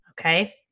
okay